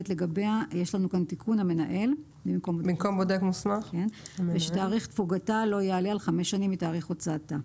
לגביה המנהל ושתאריך תפוגתה לא יעלה על חמש שנים מתאריך הוצאתה.